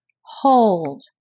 Hold